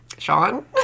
Sean